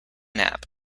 nap